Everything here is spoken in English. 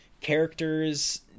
characters